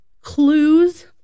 clues